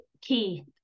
key